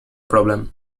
problem